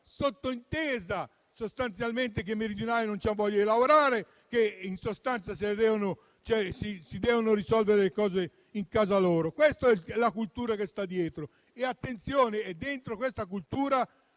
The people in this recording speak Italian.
sottointesa sostanzialmente, che i meridionali non hanno voglia di lavorare e che si devono risolvere le cose in casa loro. Questa è la cultura che sta dietro. Attenzione perché all'interno di questa cultura